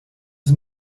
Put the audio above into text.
has